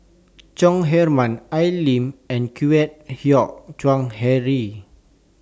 Chong Heman Al Lim and Kwek Hian Chuan Henry